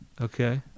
Okay